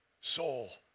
soul